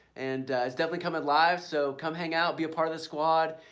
and it's definitely coming live, so come hang out, be a part of the squad.